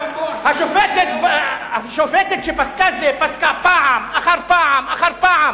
השופטת שפסקה, פסקה פעם אחר פעם אחר פעם.